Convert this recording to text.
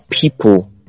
people